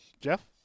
Jeff